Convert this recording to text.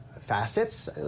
facets